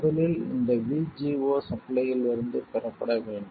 முதலில் இந்த VGO சப்ளையில் இருந்து பெறப்பட வேண்டும்